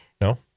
No